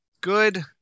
good